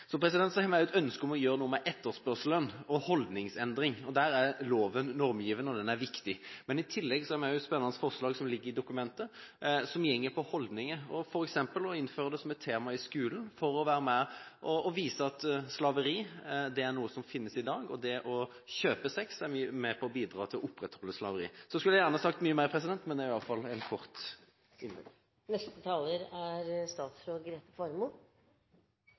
Så har vi også et ønske om å gjøre noe med etterspørsel og holdningsendring. Der er loven normgivende, og den er viktig. Men i tillegg har vi også et spennende forslag som ligger i dokumentet, som går på holdninger og f.eks. det å innføre det som et tema i skolen for å være med og vise at slaveri er noe som finnes i dag, og at det å kjøpe sex er med på å bidra til å opprettholde slaveriet. Jeg skulle gjerne sagt mye mer, men det ble i hvert fall et kort